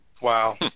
Wow